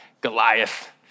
Goliath